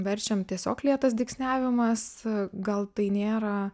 verčiam tiesiog lėtas dygsniavimas gal tai nėra